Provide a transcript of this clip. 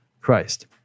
Christ